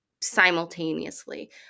simultaneously